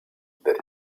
that